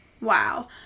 Wow